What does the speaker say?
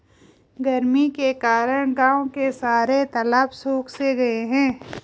गर्मी के कारण गांव के सारे तालाब सुख से गए हैं